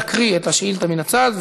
יקריא את השאילתה מן הצד,